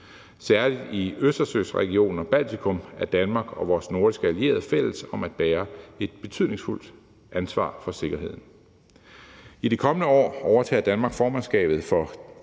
Særlig i Østersøregionen og Baltikum er Danmark og vores nordiske allierede fælles om at bære et betydningsfuldt ansvar for sikkerheden. I de kommende år overtager Danmark formandskabet for